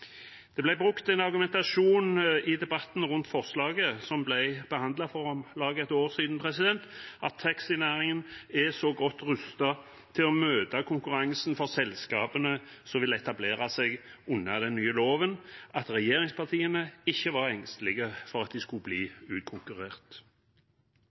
Det ble brukt en argumentasjon i debatten rundt forslaget, som ble behandlet for om lag et år siden, om at taxinæringen er så godt rustet til å møte konkurransen fra selskapene som vil etablere seg under den nye loven, at regjeringspartiene ikke var engstelige for at de skulle